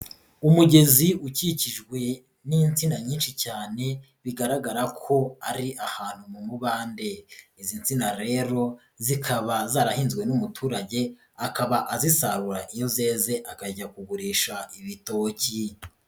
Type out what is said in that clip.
Umugezi ukikijwe n'insina nyinshi cyane bigaragara ko ari ahantu mu mubande, izi ntsina rero zikaba zarahinzwe n'umuturage akaba azitahura iyo zeze akajya kugurisha ibitoki.